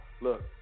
look